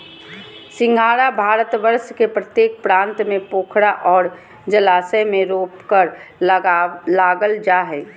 सिंघाड़ा भारतवर्ष के प्रत्येक प्रांत में पोखरा और जलाशय में रोपकर लागल जा हइ